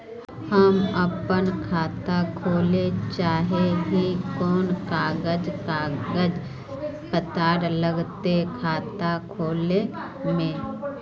हम अपन खाता खोले चाहे ही कोन कागज कागज पत्तार लगते खाता खोले में?